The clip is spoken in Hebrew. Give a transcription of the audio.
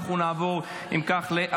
אם כך, נעבור